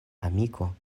amiko